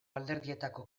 alderdietako